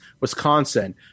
wisconsin